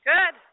Good